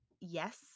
yes